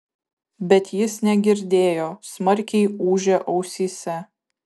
bet jis negirdėjo smarkiai ūžė ausyse